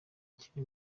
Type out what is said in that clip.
kiri